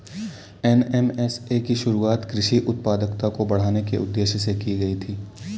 NMSA की शुरुआत कृषि उत्पादकता को बढ़ाने के उदेश्य से की गई थी